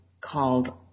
called